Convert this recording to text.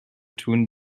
tun